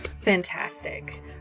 fantastic